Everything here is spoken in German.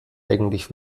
eigentlich